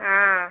हाँ